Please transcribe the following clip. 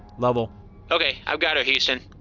lovell okay, i've got her, houston.